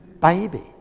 baby